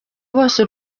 bose